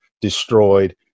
destroyed